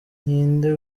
ninde